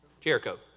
Jericho